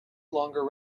longer